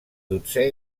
dotzè